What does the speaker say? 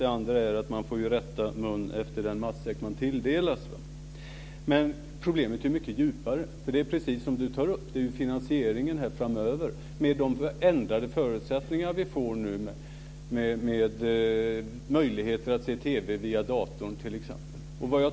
Det andra är att man får rätta mun efter den matsäck man tilldelas. Men problemet är mycket djupare. Det är, precis som Ewa Larsson tar upp, finansieringen framöver med de ändrade förutsättningar vi nu får med t.ex. möjligheter att se TV via dator.